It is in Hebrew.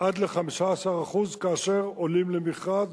עד ל-15% כאשר עולים למכרז,